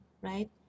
right